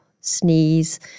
sneeze